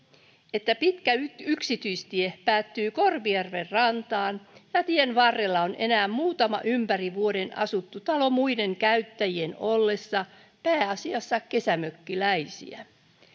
että pitkä yksityistie päättyy korpijärven rantaan ja tien varrella on enää muutama ympäri vuoden asuttu talo muiden käyttäjien ollessa pääasiassa kesämökkiläisiä